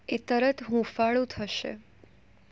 એ તરત હુંફાળું થશે